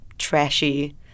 Trashy